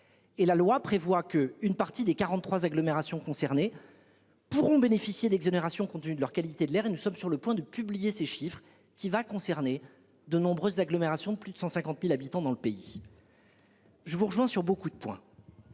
Et la loi prévoit que une partie des 43 agglomérations concernées. Pourront bénéficier d'exonérations compte de leur qualité de l'air et nous sommes sur le point de publier ses chiffres qui va concerner de nombreuses agglomérations de plus de 150.000 habitants dans le pays. Je vous rejoins sur beaucoup de points.